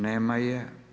Nema je.